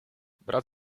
brat